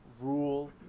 rule